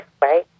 right